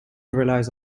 relies